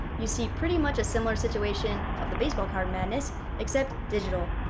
you see pretty much a similar situation of the baseball card madness, except digital,